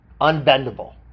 unbendable